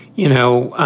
you know,